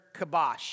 kabosh